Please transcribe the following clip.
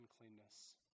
uncleanness